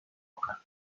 kohta